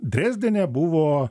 drezdene buvo